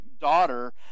daughter